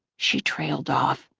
she trailed off,